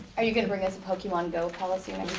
are you going to bring us a pokemon go policy?